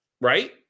Right